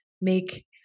make